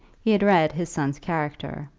he had read his son's character.